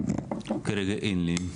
כרגע אין לי.